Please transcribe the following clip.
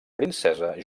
princesa